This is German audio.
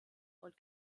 und